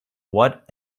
what